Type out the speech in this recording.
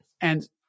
And-